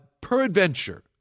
peradventure